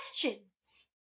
questions